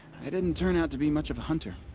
i didn't turn out to be much of a hunter.